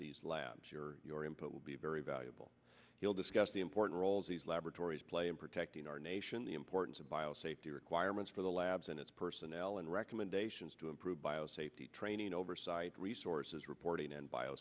these labs your your input will be very valuable you'll discuss the important roles these laboratories play in protecting our nation the importance of bio safety requirements for the labs and its personnel and recommendations to improve bio safety training oversight resources reporting and bio